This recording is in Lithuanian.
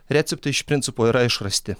receptai iš principo yra išrasti